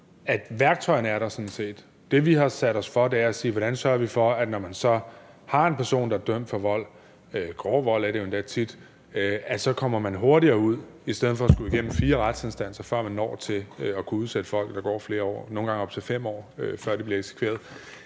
at værktøjerne sådan set er der. Det, vi har sat os for, er at sige, hvordan vi sørger for, når man så har en person, der er dømt for vold, grov vold er det jo endda tit, at personen kommer hurtigere ud, i stedet for at man skal igennem fire retsinstanser, før man når til at kunne udsætte folk. Der går flere år, nogle gange op til 5 år, før det bliver eksekveret.